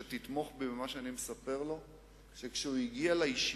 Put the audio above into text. שאני מודה ומתוודה שלא יצאתי מגדרי,